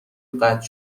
قطع